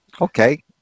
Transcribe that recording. okay